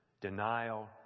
denial